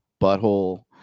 butthole